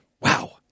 Wow